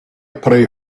pray